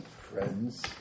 friends